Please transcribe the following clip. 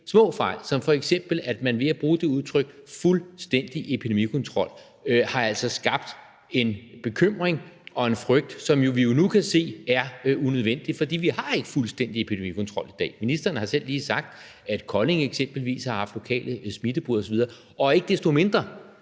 små fejl, som f.eks. at man ved at bruge udtrykket fuldstændig epidemikontrol altså har skabt en bekymring og en frygt, som vi jo nu kan se er unødvendig. For vi har ikke fuldstændig epidemikontrol i dag. Ministeren har selv lige sagt, at Kolding eksempelvis har haft lokale smitteudbrud osv., og ikke desto mindre